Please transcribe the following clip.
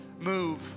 move